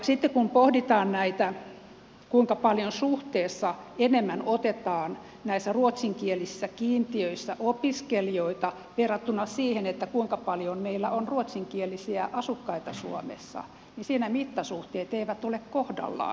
sitten kun pohditaan näitä kuinka paljon suhteessa enemmän otetaan näissä ruotsinkielisissä kiintiöissä opiskelijoita verrattuna siihen kuinka paljon meillä on ruotsinkielisiä asukkaita suomessa niin siinä mittasuhteet eivät ole kohdallaan